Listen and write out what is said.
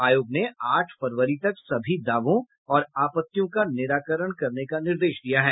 आयोग ने आठ फरवरी तक सभी दावों और आपत्तियों का निराकरण करने का निर्देश दिया है